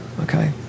Okay